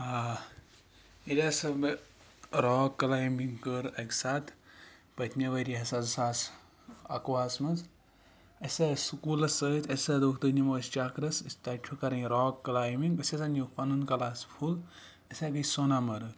ییٚلہِ ہَسا بہٕ راک کلایمبِنٛگ کٔر اَکہِ ساتہٕ پٔتمہِ ؤریہِ ہَسا زٕساس اَکوُہَس مَنٛز اَسہ ہسا ٲسۍ سُکوٗلَس سۭتۍ اَسہِ ہسا دۄپُکھ تُہۍ نِمو أسۍ چَکرَس تۄہہِ چھو کَرٕنۍ راک کلایمبِنٛگ أسۍ ہَسا نیوٗکھ پَنُن کَلاس فُل أسۍ ہسا گے سونامرگ